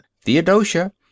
Theodosia